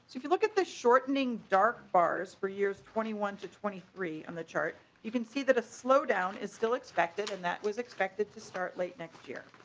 if you look at the shortening dark bars for years twenty one to twenty three on the chart you can see that a slowdown is still expected and that was expected to start late next year.